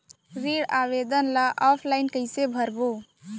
ऋण आवेदन ल ऑफलाइन कइसे भरबो?